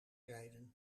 rijden